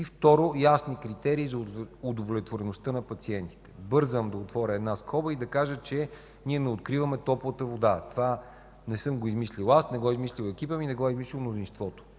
и, второ –ясни критерии за удовлетвореността на пациентите. Бързам да отворя скоба и да кажа, че ние не откриваме топлата вода. Това не съм го измислил аз, не го е измислил екипът ми, не го е измислило мнозинството.